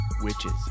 Witches